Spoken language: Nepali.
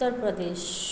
उत्तर प्रदेश